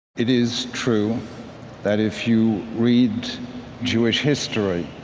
it is true that if you read jewish history,